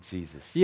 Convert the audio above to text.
Jesus